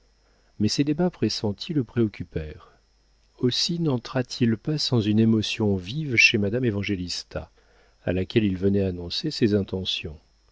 mais ces débats pressentis le préoccupèrent aussi nentra t il pas sans une émotion vive chez madame évangélista à laquelle il venait annoncer ses intentions